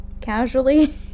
casually